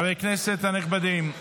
הנכבדים,